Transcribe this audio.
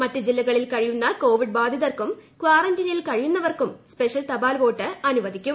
മറ്റ് ജില്ലകളിൽ കഴിയുന്ന കോവിഡ് ബാധിതർക്കും കാറൻറൈനിൽ കഴിയുന്നവർക്കും സ്പെഷ്യൽ തപാൽ വോട്ട് അനുവദിക്കും